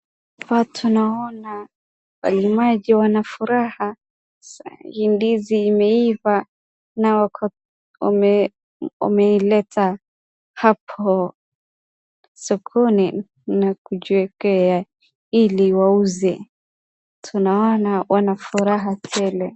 Watu naona, walimaji wana furaha. Hii ndizi imeiva na wameileta hapo sokoni na kujiwekea ili wauze. Tunaona wana furaha tele.